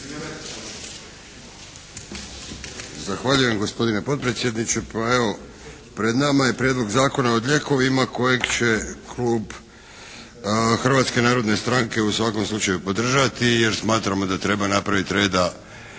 Zahvaljujem gospodine potpredsjedniče. Pa evo pred nama je Prijedlog Zakona o lijekovima kojeg će klub Hrvatske narodne stranke u svakom slučaju podržati jer smatramo da treba napraviti reda